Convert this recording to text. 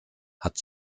hat